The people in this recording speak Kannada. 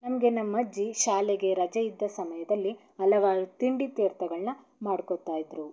ನಮಗೆ ನಮ್ಮ ಅಜ್ಜಿ ಶಾಲೆಗೆ ರಜೆ ಇದ್ದ ಸಮಯದಲ್ಲಿ ಹಲವಾರು ತಿಂಡಿ ತೀರ್ಥಗಳನ್ನ ಮಾಡ್ಕೋತಾ ಇದ್ದರು